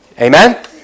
Amen